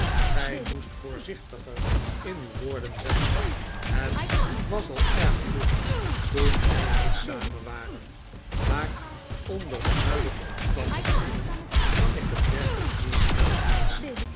gij moest voorzichtiger in uw woorden zijn het was al erg genoeg toen gij en ik samen waren maar onder de huidige omstandigheden kan ik het werkelijk niet aanhooren